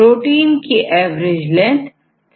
protein की average length कितनी है